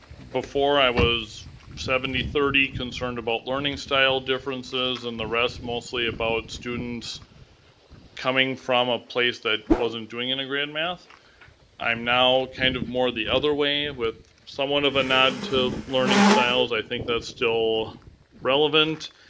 before i was seventy thirty concerned about learning style differences and the rest mostly about students coming from a place that wasn't doing integrated math i am now kind of more the other way with somewhat of a nod to learning styles. i think that's still relevant.